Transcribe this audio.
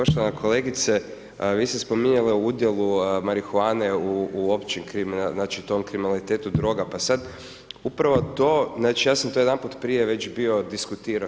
Poštovana kolegice, vi ste spominjali o udjelu marihuane u općim, znači, tom kriminalitetu droga, pa sad upravo to, znači, ja sam to jedanput prije već bio diskutirao.